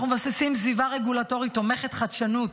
אנחנו מבססים סביבה רגולטורית תומכת חדשנות,